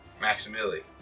Maximilian